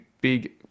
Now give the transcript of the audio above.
big